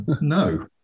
No